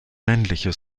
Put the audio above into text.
männliche